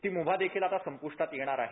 ती मुभा देखील आता संपुष्टात येणार आहे